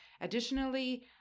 Additionally